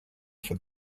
for